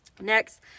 Next